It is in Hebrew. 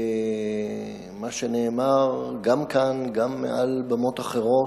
ומה שנאמר גם כאן, גם מעל במות אחרות,